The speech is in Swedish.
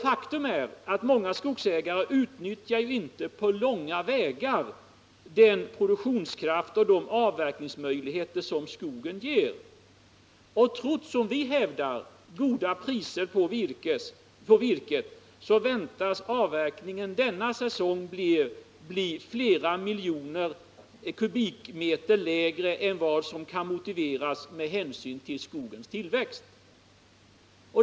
Faktum är att många skogsägare inte på långa vägar utnyttjar den produktionskraft och de avverkningsmöjligheter som skogen ger. Och trots de som vi hävdar goda priserna på virket väntas avverkningen denna säsong bli flera miljoner kubikmeter lägre än vad som kan motiveras med hänsyn till skogens tillväxt.